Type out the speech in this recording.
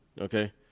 okay